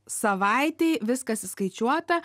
savaitei viskas įskaičiuota